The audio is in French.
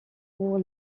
pour